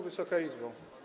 Wysoka Izbo!